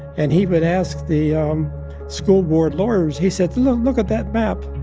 and he would ask the um school board lawyers he said, look look at that map.